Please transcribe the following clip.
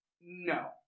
No